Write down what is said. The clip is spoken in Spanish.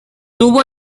tuvo